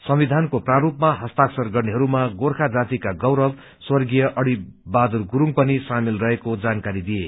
संविधानको प्रारूपमा हस्ताक्षर गर्नेहरूमा गोचर्खा जातिका गौरव स्वग्रीय अडी बहादुर गुरूङ पनि शामेल रहेको जानकारी दिउए